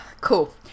cool